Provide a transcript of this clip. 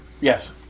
Yes